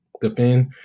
defend